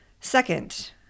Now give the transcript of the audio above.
Second